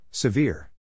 Severe